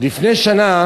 לפני שנה